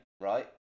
right